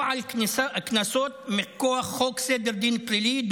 או על קנסות מכוח חוק סדר דין פלילי,